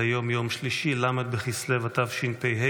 היום יום שלישי ל' בכסלו התשפ"ה,